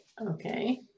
Okay